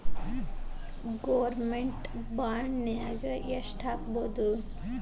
Government ಬಾಂಡ್ನಾಗ್ ಯೆಷ್ಟ್ ಹಾಕ್ಬೊದು?